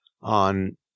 on